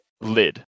lid